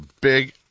big